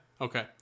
Okay